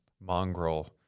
mongrel